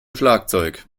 schlagzeug